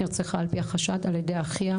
נרצחה על פי החשד על ידי אחיה.